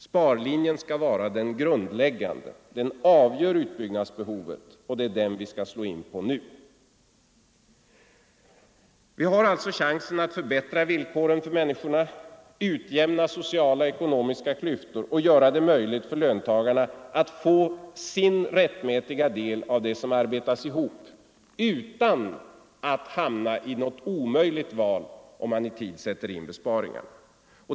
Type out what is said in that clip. Sparlinjen skall vara den grundläggande. Den avgör utbyggnadsbehovet, och det är den vi skall följa nu. Vi har alltså chansen att förbättra villkoren för människorna, utjämna sociala och ekonomiska klyftor och göra det möjligt för löntagarna att få sin rättmätiga del av det som arbetas ihop — utan att hamna i någon omöjlig valsituation —- om man i tid sätter in besparingsåtgärder.